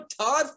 Todd